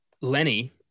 Lenny